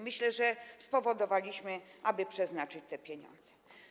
Myślę, że spowodowaliśmy, że przeznaczono te pieniądze.